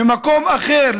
ממקום אחר,